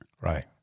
Right